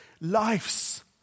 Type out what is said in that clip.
lives